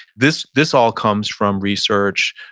this this all comes from research.